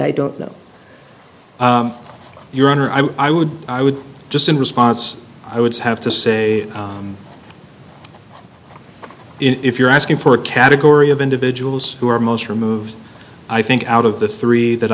i don't know your honor i would i would just in response i would have to say if you're asking for a category of individuals who are most removed i think out of the three that